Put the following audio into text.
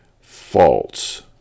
false